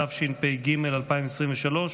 התשפ"ג 2023,